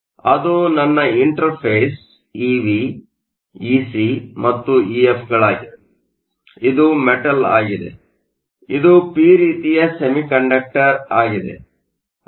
ಆದ್ದರಿಂದ ಅದು ನನ್ನ ಇಂಟರ್ಫೇಸ್ ಇವಿ ಇಸಿ ಮತ್ತು ಇಎಫ್ಗಳಾಗಿವೆ ಇದು ಮೆಟಲ್Metal ಆಗಿದೆ ಇದು ಪಿ ರೀತಿಯ ಸೆಮಿಕಂಡಕ್ಟರ್ ಆಗಿದೆ